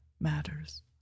matters